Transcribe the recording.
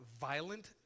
violent